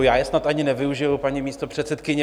Já je snad ani nevyužiji, paní místopředsedkyně.